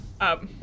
up